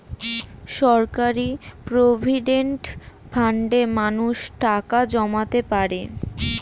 সরকারি প্রভিডেন্ট ফান্ডে মানুষ টাকা জমাতে পারে